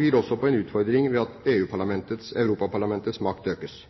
byr også på en utfordring ved at Europaparlamentets makt økes.